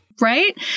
Right